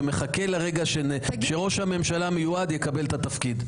ומחכה לרגע שראש הממשלה המיועד יקבל את התפקיד.